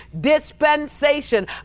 Dispensation